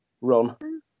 run